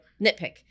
Nitpick